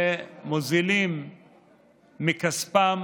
ומזילים מכספם